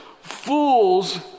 fools